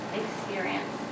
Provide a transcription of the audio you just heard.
experience